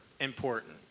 important